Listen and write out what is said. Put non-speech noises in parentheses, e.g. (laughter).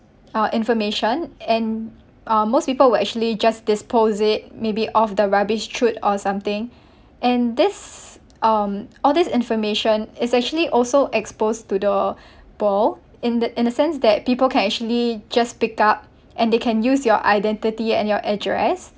our information and uh most people will actually just dispose it maybe off the rubbish chute or something and this um all this information is actually also exposed to the (breath) ball in the in the sense that people can actually just pick up and they can use your identity and your address